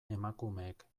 emakumeek